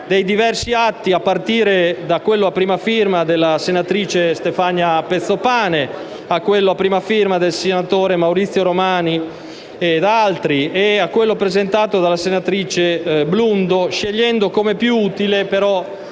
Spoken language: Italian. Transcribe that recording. dei diversi atti, da quello a prima firma della senatrice Stefania Pezzopane a quello a prima firma del senatore Maurizio Romani, a quello presentato dalla senatrice Blundo, scegliendo come più utile e